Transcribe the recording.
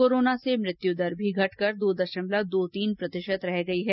corona से मृत्यू दर भी घटकर दो दशमलव दो तीन प्रतिशत रह गई है